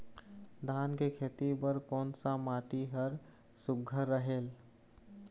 धान के खेती बर कोन सा माटी हर सुघ्घर रहेल?